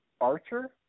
Archer